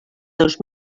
dos